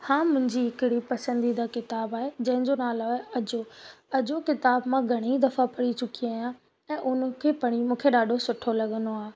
हा मुंहिंजी हिकिड़ी पसंदीदा किताबु आहे जंहिंजो नालो आहे अजो अजो किताब मां घणेई दफ़ा पढ़ी चुकी आहियां ऐं हुनखे पढ़ी मूंखे ॾाढो सुठो लॻंदो आहे